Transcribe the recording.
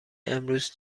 امروز